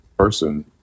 person